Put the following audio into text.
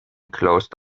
closed